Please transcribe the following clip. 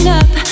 up